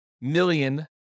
million